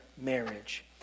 marriage